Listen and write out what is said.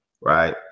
right